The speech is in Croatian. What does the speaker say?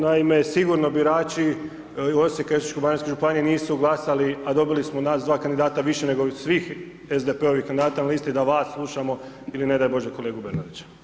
Naime sigurno birači Osijeka i Osječko-baranjske županije nisu glasali a dobili smo nas dva kandidata, više nego ovih svih SDP-ovih kandidata na listi da vas slušamo ili ne daj bože kolegu Bernardića.